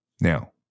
Now